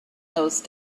those